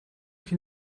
хэн